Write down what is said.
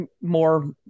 more